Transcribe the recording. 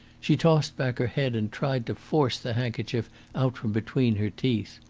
she tossed back her head and tried to force the handkerchief out from between her teeth.